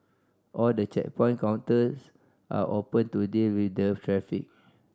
all the checkpoint counters are open to deal with the traffic